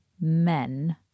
men